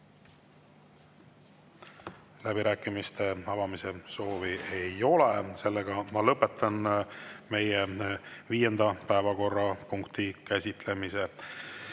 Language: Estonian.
Läbirääkimiste avamise soovi ei ole. Ma lõpetan meie viienda päevakorrapunkti käsitlemise